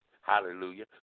Hallelujah